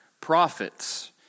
Prophets